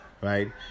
right